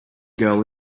girl